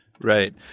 Right